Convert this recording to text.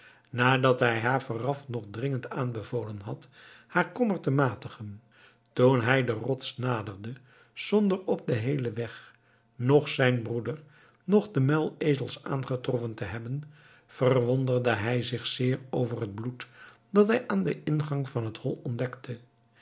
nadat hij haar vooraf nog dringend aanbevolen had haar kommer te matigen toen hij de rots naderde zonder op den heelen weg noch zijn broeder noch de muilezels aangetroffen te hebben verwonderde hij zich zeer over het bloed dat hij aan den ingang van het hol ontdekte